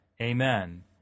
Amen